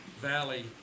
Valley